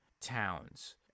towns